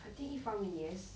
I think 一方面 yes